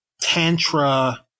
Tantra